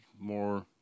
more